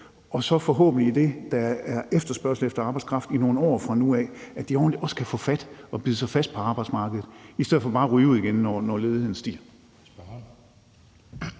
i forbindelse med at der er efterspørgsel efter arbejdskraft i nogle år fra nu af, kan bide sig ordentlig fast på arbejdsmarkedet i stedet for bare at ryge ud igen, når ledigheden stiger.